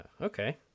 Okay